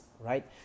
right